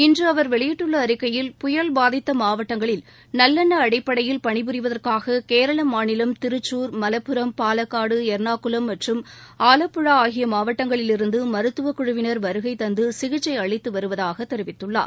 இன்று அவர் வெளியிட்டுள்ள அறிக்கையில் புயல் பாதித்த மாவட்டங்களில் நல்லெண்ண அடிப்படையில் பணி புரிவதற்காக கேரள மாநிலம் திருச்சூர் மலப்பரம் பாலக்காடு எர்ணாகுளம் மற்றும் ஆலப்பழா ஆகிய மாவட்டங்களிலிருந்து மருத்துவக் குழுவிள் வருகை தந்து சிகிச்சை அளித்து வருவதாக தெரிவித்துள்ளார்